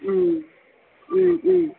മ്മ് മ്മ് മ്മ്